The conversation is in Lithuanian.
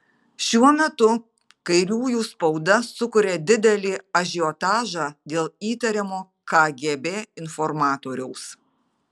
šiuo metu kairiųjų spauda sukuria didelį ažiotažą dėl įtariamo kgb informatoriaus